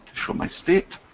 show my state,